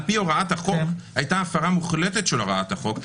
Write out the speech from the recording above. ושעל פי הוראת החוק הייתה הפרה מוחלטת של הוראת החוק,